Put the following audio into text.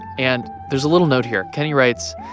and there's a little note here. kenny writes,